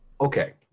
Okay